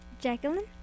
jacqueline